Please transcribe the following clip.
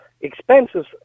expenses